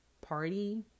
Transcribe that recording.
party